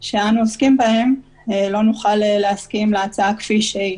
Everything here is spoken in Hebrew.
שאנו עוסקים בהם, שלא נוכל להסכים להצעה כפי שהיא.